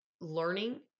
learning